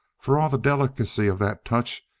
for all the delicacy of that touch,